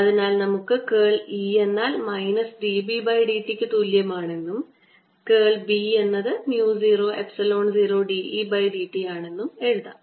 അതിനാൽ നമുക്ക് കേൾ E എന്നാൽ minus d B by d t ക്ക് തുല്യമാണെന്നും കേൾ B എന്നത് mu 0 epsilon 0 d E by d t ആണെന്നും എഴുതാം